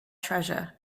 treasure